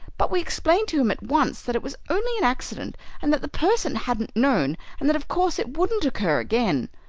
but we explained to him at once that it was only an accident and that the person hadn't known and that of course it wouldn't occur again.